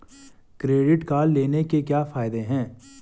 Credit card लेने के क्या फायदे हैं?